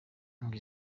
ngo